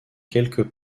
quelques